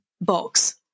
box